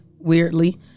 weirdly